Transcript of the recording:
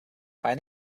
find